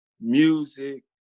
music